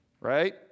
right